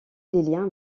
liens